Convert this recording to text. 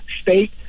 state